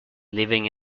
living